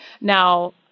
Now